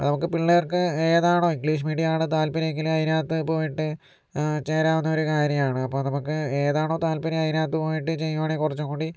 നമുക്ക് പിള്ളേർക്ക് ഏതാണോ ഇംഗ്ലീഷ് മീഡിയം ആണോ താല്പര്യമെങ്കില് അതിനകത്ത് പോയിട്ട് ചേരാവുന്ന ഒരു കാര്യാണ് അപ്പോൾ നമുക്ക് ഏതാണോ താല്പര്യം അതിനകത്ത് പോയിട്ട് ചെയ്യുവാണേൽ കുറച്ചും കൂടി